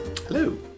Hello